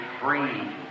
free